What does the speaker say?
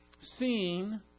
seen